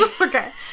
Okay